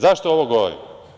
Zašto ovo govorim?